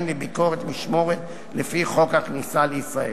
לביקורת משמורת לפי חוק הכניסה לישראל.